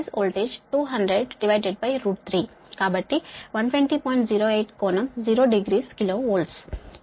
08 కోణం 0 degree KV